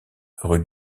rue